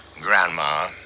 grandma